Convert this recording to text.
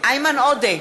איימן עודה,